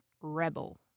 Rebel